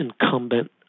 incumbent